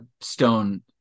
Stone